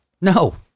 No